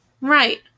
right